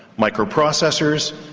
microprocessors,